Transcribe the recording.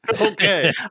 Okay